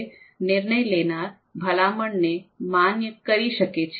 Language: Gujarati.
નિર્ણય લેનાર ભલામણને માન્ય કરી શકે છે